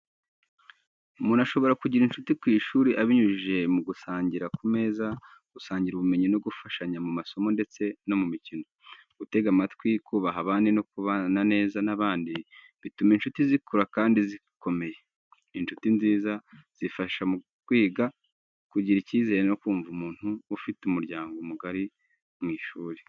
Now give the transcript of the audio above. Umuntu ashobora kugira inshuti ku ishuri abinyujije mu gusangira ku meza, gusangira ubumenyi no gufashanya mu masomo ndetse no mu mikino. Gutega amatwi, kubaha abandi no kubana neza n’abandi bituma inshuti zikura kandi zikomeye. Inshuti nziza zifasha mu kwiga neza, kugira icyizere no kumva umuntu afite umuryango mugari mu ishuri.